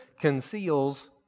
conceals